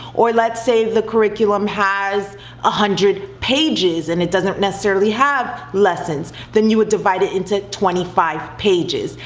or let's say the curriculum has one ah hundred pages, and it doesn't necessarily have lessons. then, you would divide it into twenty five pages,